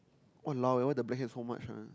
!walao! eh why the blackheads so much one